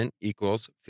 equals